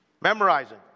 Memorizing